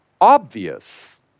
obvious